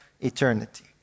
eternity